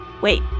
Wait